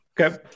Okay